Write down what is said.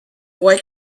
boy